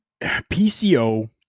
PCO